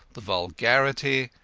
the vulgarity,